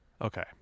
okay